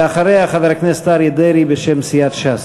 ואחריה, חבר הכנסת אריה דרעי בשם סיעת ש"ס.